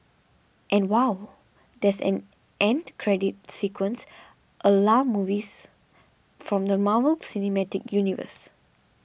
and wow there's an end credit sequence a la movies from the Marvel cinematic universe